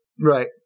Right